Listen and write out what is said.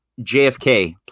JFK